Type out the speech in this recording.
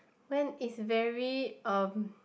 when it's very um